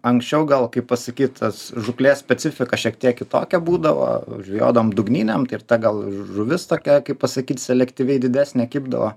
anksčiau gal kaip pasakyt tas žūklės specifika šiek tiek kitokia būdavo žvejodavom dugninėm tai ir ta gal žuvis tokia kaip pasakyi selektyviai didesnė kibdavo